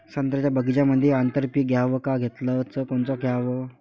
संत्र्याच्या बगीच्यामंदी आंतर पीक घ्याव का घेतलं च कोनचं घ्याव?